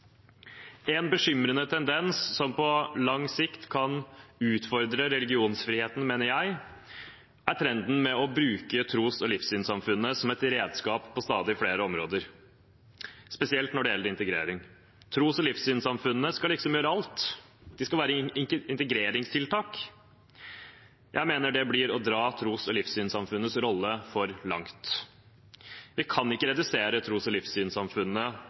En bekymringsfull tendens som på lang sikt kan utfordre religionsfriheten, mener jeg, er trenden med å bruke tros- og livssynssamfunnene som et redskap på stadig flere områder, spesielt når det gjelder integrering. Tros- og livssynssamfunnene skal liksom gjøre alt, de skal være integreringstiltak. Jeg mener det blir å dra tros- og livssynssamfunnenes rolle for langt. Vi kan ikke redusere tros- og livssynssamfunnene